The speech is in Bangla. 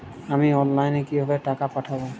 আমি অনলাইনে কিভাবে টাকা পাঠাব?